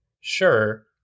sure